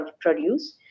produce